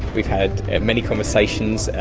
we've had many conversations,